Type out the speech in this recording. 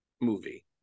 movie